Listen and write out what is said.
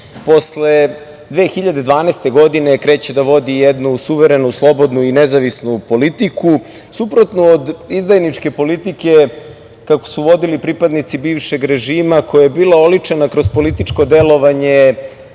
posle 2012. godine kreće da vodi jednu suverenu, slobodnu i nezavisnu politiku suprotnu od izdajničke politike kakvu su vodili pripadnici bivšeg režima, koja je bila oličena kroz političko delovanje